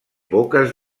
boques